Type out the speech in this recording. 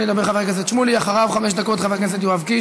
של חבר הכנסת איציק שמולי וקבוצת חברי הכנסת.